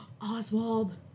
Oswald